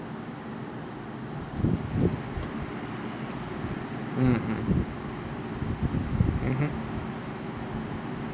mm mm mmhmm